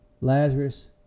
Lazarus